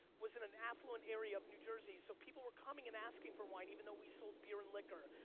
was in an affluent area of new jersey so people were coming and asking for wine even though we sold beer and liquor.